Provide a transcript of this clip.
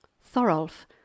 Thorolf